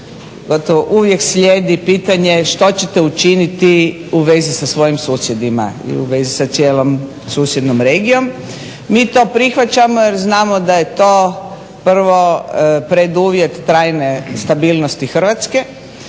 Gotovo uvijek slijedi pitanje što ćete učiniti u vezi sa svojim susjedima i u vezi sa cijelom susjednom regijom. Mi to prihvaćamo jer znamo da je to prvo preduvjet trajne stabilnosti Hrvatske